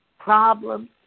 problems